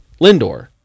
Lindor